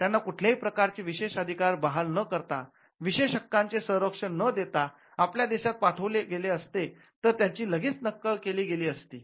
त्यांना कुठल्याही प्रकारचे विशेषाधिकार बहाल न करता विशेष हक्कांचे संरक्षण न देता आपल्या देशात पाठवले गेले असते तर त्यांची लगेच नक्कल केली गेली असती